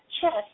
chest